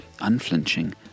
unflinching